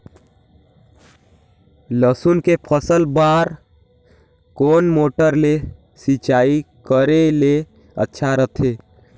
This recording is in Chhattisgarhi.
लसुन के फसल बार कोन मोटर ले सिंचाई करे ले अच्छा रथे?